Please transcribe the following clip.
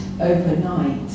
overnight